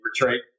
retreat